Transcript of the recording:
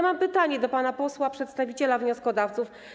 Mam pytanie do pana posła przedstawiciela wnioskodawców.